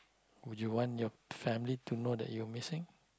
would you want your family to know that you're missing